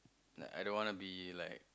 like I don't want to be like